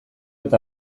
eta